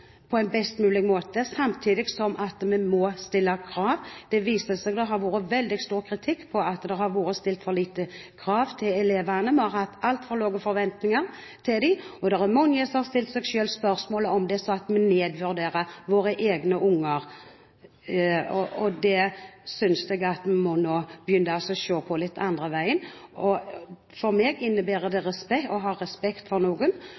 på en best mulig måte, samtidig som vi må stille krav. Det har kommet kritikk for at det har vært stilt for lite krav til elevene, vi har hatt altfor lave forventninger til dem. Det er mange som har stilt seg spørsmålet om det er sånn at vi nedvurderer våre egne unger. Jeg synes vi må begynne å se dette den andre veien: For meg innebærer det å ha respekt for noen